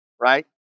right